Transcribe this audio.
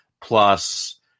plus